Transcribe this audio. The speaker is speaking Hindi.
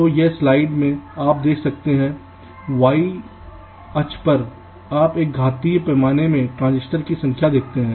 तो यह स्लाइड में आप देखते हैं y अक्ष पर आप एक घातीय पैमाने में ट्रांजिस्टर की संख्या देखते हैं